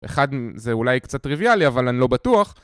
אחד זה אולי קצת טריוויאלי, אבל אני לא בטוח.